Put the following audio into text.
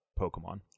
Pokemon